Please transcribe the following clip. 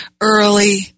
early